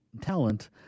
talent